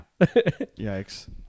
Yikes